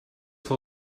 for